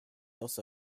also